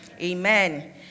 Amen